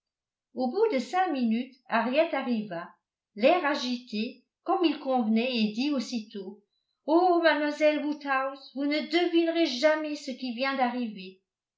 au bout de cinq minutes harriet arriva l'air agité comme il convenait et dit aussitôt oh mademoiselle woodhouse vous ne devinerez jamais ce qui vient d'arriver